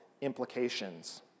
implications